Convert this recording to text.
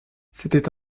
c’était